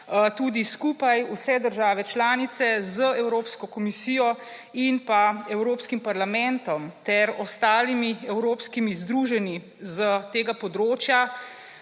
unije skupaj vse države članice z Evropsko komisijo in Evropskim parlamentom ter ostalimi evropskimi združenji s tega področja